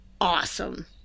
awesome